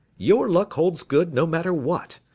your luck holds good, no matter what.